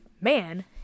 man